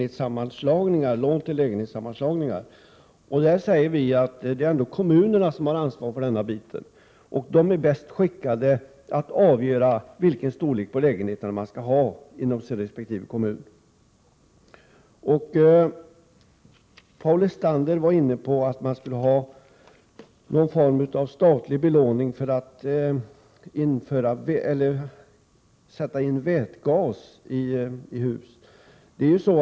Karl-Göran Biörsmark kom in på frågan om ombyggnadslån vid lägenhetssammanslagningar. Vi hävdar att det är kommunerna som har ansvaret för detta. Kommunerna är bäst skickade att avgöra vilken storlek lägenheterna skall ha inom resp. kommun. Paul Lestander diskuterade någon form av statlig långivning för att sätta in vätgasutrustning i bostäder.